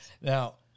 Now